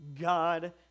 God